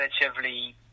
relatively